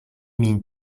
min